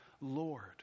Lord